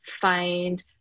find